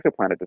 exoplanet